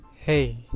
Hey